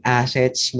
assets